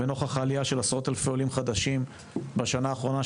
לנוכח העלייה של עשרות אלפי עולים חדשים בשנה האחרונה,